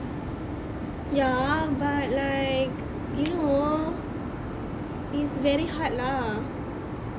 ya but like you know it's very hard lah